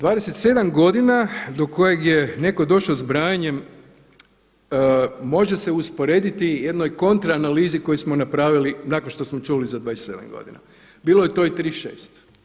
27 godina do kojeg je netko došao zbrajanjem, može se usporediti jednoj kontra analizi koju smo napravili nakon što smo čuli za 27 godina, bilo je to i 36.